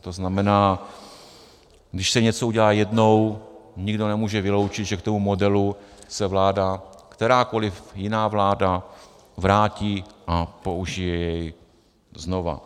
To znamená, když se něco udělá jednou, nikdo nemůže vyloučit, že k tomu modelu se vláda, kterákoliv jiná vláda, vrátí a použije jej znovu.